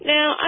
Now